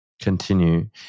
continue